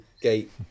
gate